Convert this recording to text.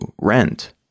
rent